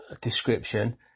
Description